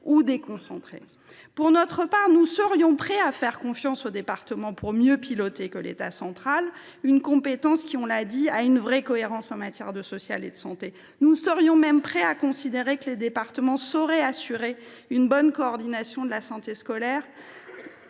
déconcentrée ? Pour notre part, nous serions prêts à faire confiance aux départements pour mieux piloter que ne le fait l’État central une compétence qui présente une véritable cohérence en matière sociale et sanitaire. Nous serions même prêts à considérer que les départements sauraient assurer une bonne coordination de la santé scolaire